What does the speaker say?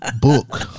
book